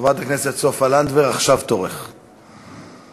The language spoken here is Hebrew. חברת הכנסת סופה לנדבר, עכשיו תורך, בבקשה.